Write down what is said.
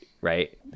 right